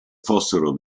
fossero